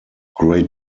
great